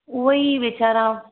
उहो ई वीचारा